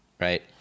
right